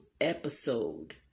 episode